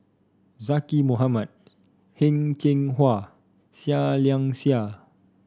Zaqy Mohamad Heng Cheng Hwa Seah Liang Seah